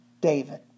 David